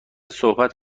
صحبت